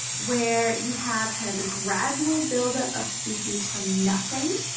where you have kind of the gradual buildup of species from nothing,